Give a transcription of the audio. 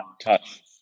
touch